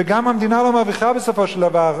וגם המדינה לא מרוויחה בסופו של דבר.